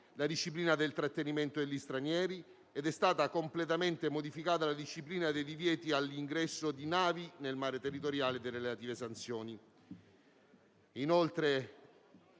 la disciplina del trattenimento degli stranieri ed è stata completamente modificata la disciplina dei divieti all'ingresso di navi nel mare territoriale e delle relative sanzioni.